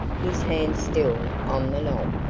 his hand still on the knob.